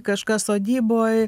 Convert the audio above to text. kažkas sodyboj